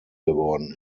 geworden